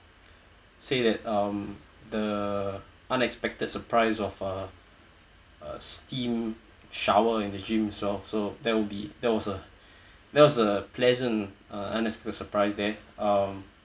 say that um the unexpected surprise of uh a steam shower in the gym also so that''ll be that was a that was a pleasant and as a surprise there um